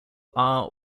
are